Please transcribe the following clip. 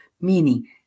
meaning